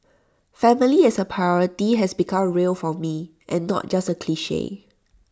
family as A priority has become real for me and not just A cliche